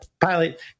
pilot